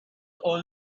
all